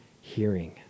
hearing